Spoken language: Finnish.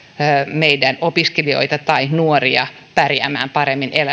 meidän opiskelijoita tai nuoria pärjäämään paremmin